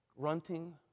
Grunting